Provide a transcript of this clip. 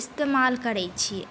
इस्तमाल करै छी